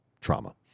trauma